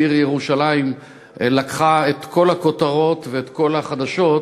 והעיר ירושלים לקחה את כל הכותרות ואת כל החדשות,